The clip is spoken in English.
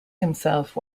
himself